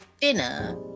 dinner